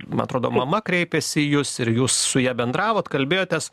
man atrodo mama kreipėsi į jus ir jūs su ja bendravot kalbėjotės